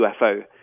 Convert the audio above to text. UFO